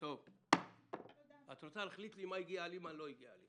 את רוצה להחליט מה הגיע אליי ומה לא הגיע אליי?